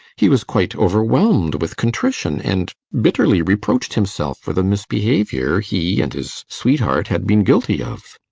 he was quite overwhelmed with contrition, and bitterly reproached himself for the misbehaviour he and his sweetheart had been guilty of.